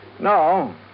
No